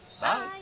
Bye